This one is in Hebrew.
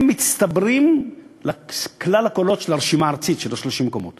הם מצטברים לכלל הקולות של הרשימה הארצית של 30 המקומות